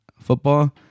football